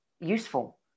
useful